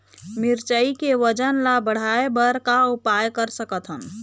मिरचई के वजन ला बढ़ाएं बर का उपाय कर सकथन?